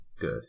Good